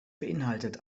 beinhaltet